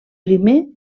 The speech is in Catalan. primer